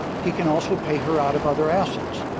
he can also pay her out of other assets.